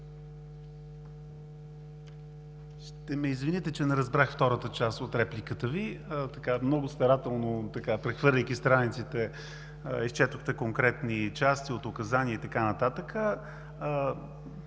Ще ме извините, че не разбрах втората част от репликата Ви. Много старателно, прехвърляйки страниците, изчетохте конкретни части от указания и така нататък.